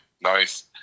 nice